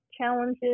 challenges